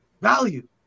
value